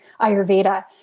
Ayurveda